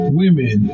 women